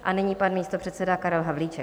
A nyní pan místopředseda Karel Havlíček.